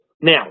Now